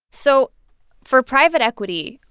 so for private equity,